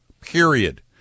period